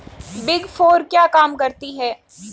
Big four क्या काम करती है?